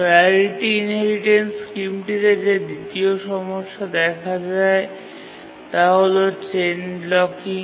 priority inheritance স্কিমটিতে যে দ্বিতীয় সমস্যাটি দেখা দেয় তা হল চেইন ব্লকিং